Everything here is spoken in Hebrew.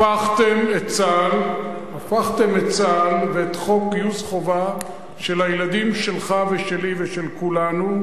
הפכתם את צה"ל ואת חוק גיוס חובה של הילדים שלך ושלי ושל כולנו,